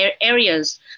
areas